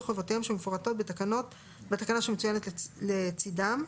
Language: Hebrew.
חובותיהם שמפורטות בתקנה שמצוינת לצדם: